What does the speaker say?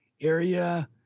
area